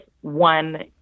one